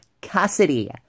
Cassidy